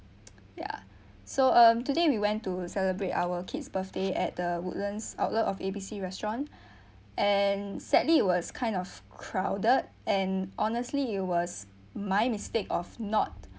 ya so um today we went to celebrate our kid's birthday at the woodlands outlet of A B C restaurant and sadly it was kind of crowded and honestly it was my mistake of not